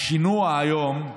השינוע היום,